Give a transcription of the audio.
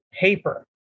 paper